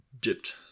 dipped